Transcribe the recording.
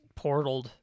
portaled